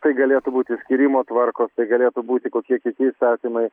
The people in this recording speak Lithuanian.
tai galėtų būti skyrimo tvarkos tai galėtų būti kokie įstatymai